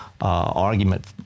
argument